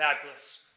fabulous